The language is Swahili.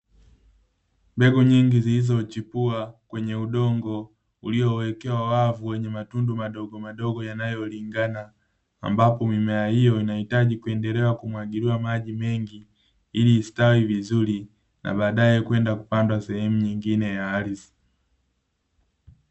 Mbegu nyingi zilizochipua kwenye udongo uliowekewa wavu wenye matundu madogomadogo yanayolingana, ambapo mimea hiyo inahitaji kuendelea kumwagiliwa maji mengi iliistawi vizuri na baadae kwenda kupandwa sehemu nyingine ya ardhi.